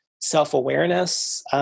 self-awareness